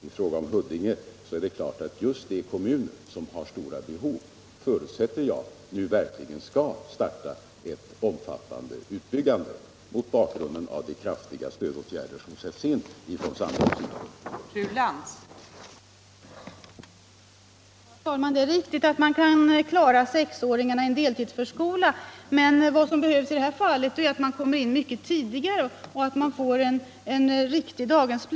I fråga om Huddinge kan jag säga: Jag förutsätter att just de kommuner som har stora behov nu verkligen skall starta en omfattande utbyggnad — mot bakgrund av de kraftiga stödåtgärder som sätts in från samhällets sida.